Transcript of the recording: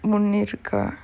you need a car